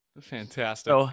fantastic